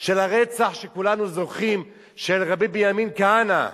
של הרצח שכולנו זוכרים של רבי בנימין כהנא,